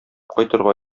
кайтырга